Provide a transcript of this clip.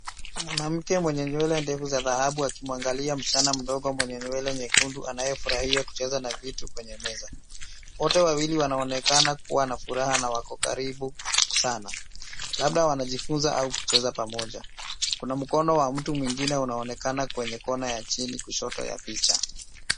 Mwanamke mwenye nywele ndefu za dhahabu akimwangalia msichana mdogo mwenye nywele nyekundu anayefurahia kucheza na vitu kwenye meza. Wote wawili wanaonekana kuwa na furaha na wako karibu sana, labda wanajifunza au kucheza pamoja. Kuna mkono wa mtu mwingine unaonekana kwenye kona ya chini kushoto ya picha.